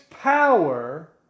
power